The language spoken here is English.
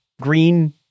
green